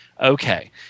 Okay